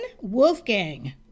Wolfgang